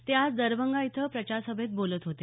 ते आज दरभंगा इथं प्रचार सभेत बोलत होते